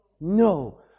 No